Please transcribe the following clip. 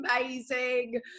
amazing